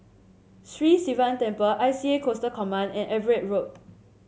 Sri Sivan Temple I C A Coastal Command and Everitt Road